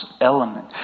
element